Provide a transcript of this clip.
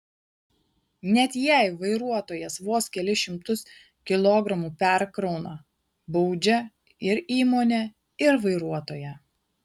net jei vairuotojas vos kelis šimtus kilogramų perkrauna baudžia ir įmonę ir vairuotoją